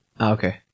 okay